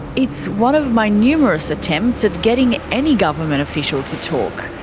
it's one of my numerous attempts at getting any government official to talk.